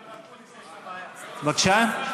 בבקשה?